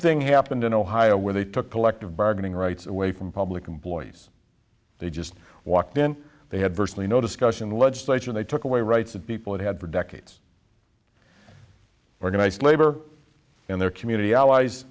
happened in ohio where they took collective bargaining rights away from public employees they just walked in they had virtually no discussion legislature they took away rights that people have had for decades organized labor and their community allies